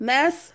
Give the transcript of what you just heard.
Mess